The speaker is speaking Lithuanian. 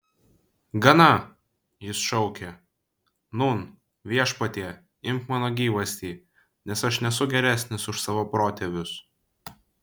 gana jis šaukė nūn viešpatie imk mano gyvastį nes aš nesu geresnis už savo protėvius